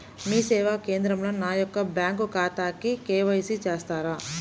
మీ సేవా కేంద్రంలో నా యొక్క బ్యాంకు ఖాతాకి కే.వై.సి చేస్తారా?